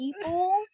people